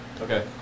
Okay